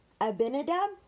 Abinadab